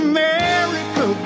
America